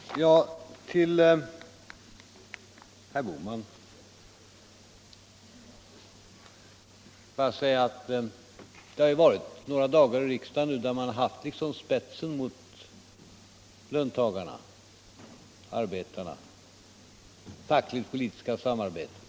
Herr talman! Till herr Bohman vill jag bara säga att det har varit några dagar i riksdagen nu då man liksom haft spetsen riktad mot löntagarna och det fackligt-politiska samarbetet.